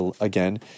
again